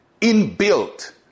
inbuilt